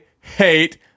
hate